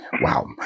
Wow